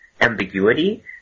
ambiguity